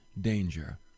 danger